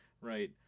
right